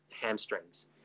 hamstrings